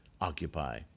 occupy